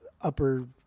upper